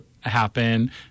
happen